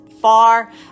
far